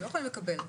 הם לא יכולים לקבל.